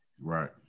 Right